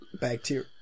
bacteria